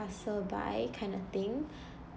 passer-by kind of thing